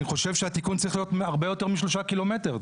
אני חושב שהתיקון צריך להיות הרבה יותר משלושה ק"מ.